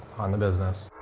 on the business